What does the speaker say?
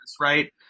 Right